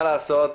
מה לעשות,